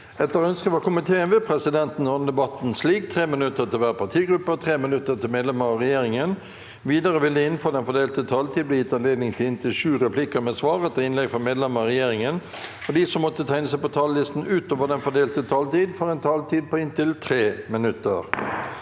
forsvarskomiteen vil presidenten ordne debatten slik: 3 minutter til hver partigruppe og 3 minutter til medlemmer av regjeringen. Videre vil det – innenfor den fordelte taletid – bli gitt anledning til inntil sju replikker med svar etter innlegg fra medlemmer av regjeringen, og de som måtte tegne seg på talerlisten utover den fordelte taletid, får også en taletid på inntil 3 minutter.